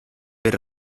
per